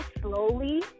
slowly